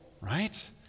right